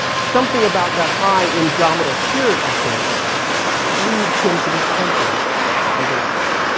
something about that high, indomitable spirit of his leads him to be tempered a little bit.